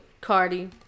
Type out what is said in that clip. Cardi